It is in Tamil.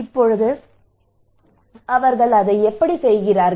இப்போது அவர்கள் அதை எப்படி செய்கிறார்கள்